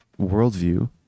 worldview